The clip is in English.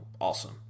awesome